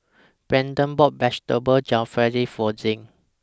Brandan bought Vegetable Jalfrezi For Shep